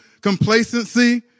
complacency